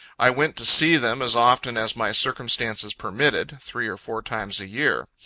i went to see them as often as my circumstances permitted three or four times a year.